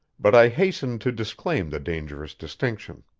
but i hastened to disclaim the dangerous distinction.